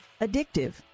addictive